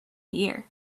year